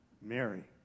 Mary